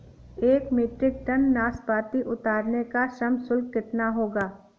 एक metric tonne नाशपाती उतारने का श्रम शुल्क कितना होगा?